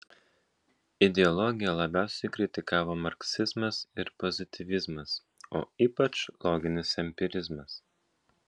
ideologiją labiausiai kritikavo marksizmas ir pozityvizmas o ypač loginis empirizmas